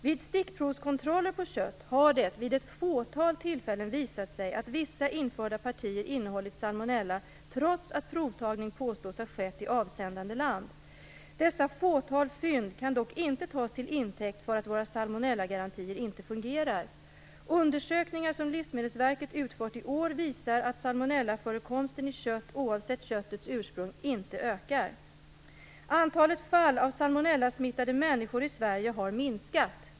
Vid stickprovskontroller på kött har det vid ett fåtal tillfällen visat sig att vissa införda partier innehållit salmonella trots att provtagning påstås ha skett i avsändande land. Dessa fåtal fynd kan dock inte tas till intäkt för att våra salmonellagarantier inte fungerar. Undersökningar som Livsmedelsverket utfört i år visar att salmonellaförekomsten i kött, oavsett köttets ursprung, inte ökar. Sverige har minskat.